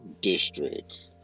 district